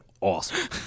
awesome